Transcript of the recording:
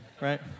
right